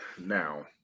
Now